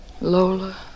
Lola